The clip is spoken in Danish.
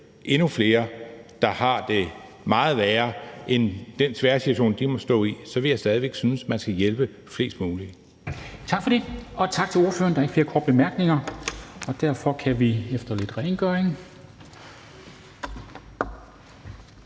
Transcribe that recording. endnu flere, der har det meget værre end den svære situation, de må stå i, så vil jeg stadig væk synes, at man skal hjælpe flest muligt.